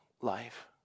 life